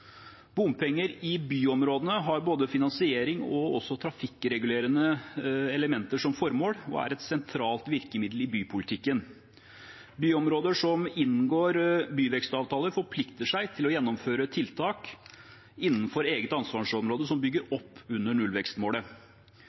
Bompenger i byområdene har både finansiering og trafikkregulerende elementer som formål og er et sentralt virkemiddel i bypolitikken. Byområder som inngår byvekstavtale, forplikter seg til å gjennomføre tiltak innenfor eget ansvarsområde som bygger opp under nullvekstmålet.